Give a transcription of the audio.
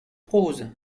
prose